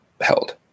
held